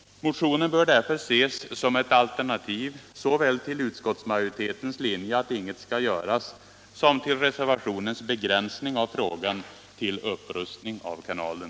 Motionen bör därför ses som ett alternativ såväl till utskottsmajoritetens linje att inget skall göras som till reservationens begränsning av frågan till upprustning av kanalen.